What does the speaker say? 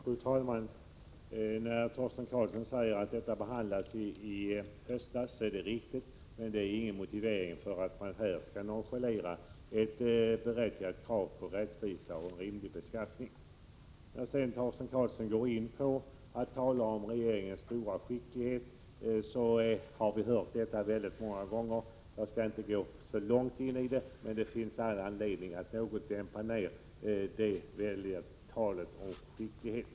Fru talman! Det är riktigt som Torsten Karlsson säger att denna fråga behandlades i höstas, men det är ju ingen motivering för att nu nonchalera kravet på en rättvis och rimlig beskattning. Torsten Karlsson talade om regeringens stora skicklighet. Detta tal har vi hört många gånger tidigare. Jag skall inte fördjupa mig särskilt mycket i den saken, men jag vill säga att det finns anledning att något dämpa detta tal om regeringens skicklighet.